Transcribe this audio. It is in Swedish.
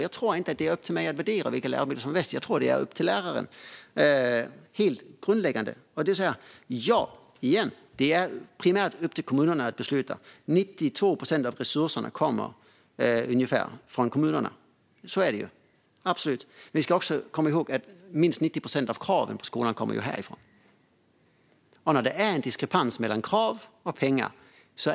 Jag tror inte att det är upp till mig att värdera vilka läromedel som är bäst. Jag tror att det är upp till läraren. Det är grundläggande. Jag säger igen att det primärt är upp till kommunerna att besluta. Ungefär 92 procent av resurserna kommer från kommunerna. Så är det absolut. Men vi ska också komma ihåg att minst 90 procent av kraven på skolorna kommer härifrån. Det är en diskrepans mellan kraven och pengarna.